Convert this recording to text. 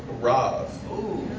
Rav